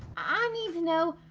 ah need to know.